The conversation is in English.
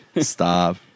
Stop